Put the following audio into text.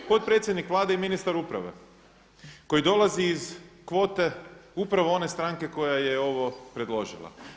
Potpredsjednik Vlade i ministar uprave koji dolazi iz kvote upravo one stranke koja je ovo predložila.